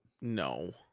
No